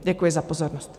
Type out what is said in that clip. Děkuji za pozornost.